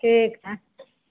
ठीक छै